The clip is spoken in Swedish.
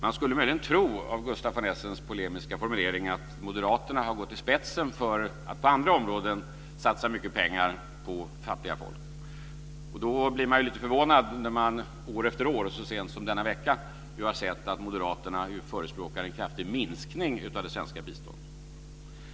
Av Gustaf von Essens polemiska formuleringar skulle man möjligen kunna tro att Moderaterna har gått i spetsen för att satsa mycket pengar på fattiga folk på andra områden. Då blir man lite förvånad när man år efter år, och så sent som denna vecka, har sett att Moderaterna förespråkar en kraftig minskning av det svenska biståndet.